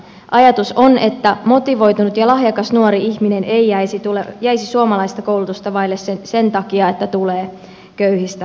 ajatus on että motivoitunut ja lahjakas nuori ihminen ei jäisi suomalaista koulutusta vaille sen takia että tulee köyhistä olosuhteista